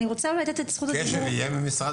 אני רוצה לתת את זכות הדיבור --- יהיו ממשרד